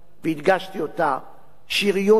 שריון כל חוקי-היסוד הקיימים.